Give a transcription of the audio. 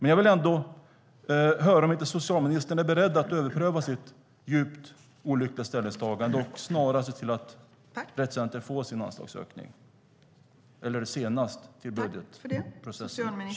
Jag vill ändå höra om inte socialministern är beredd att överpröva sitt djupt olyckliga ställningstagande och snarast, eller senast till budgetprocessen 2014, se till att Rett Center får sin anslagsökning.